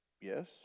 Yes